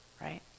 right